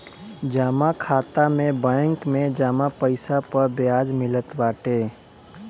जमा खाता में बैंक में जमा पईसा पअ बियाज मिलत बाटे